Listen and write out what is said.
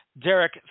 Derek